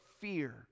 fear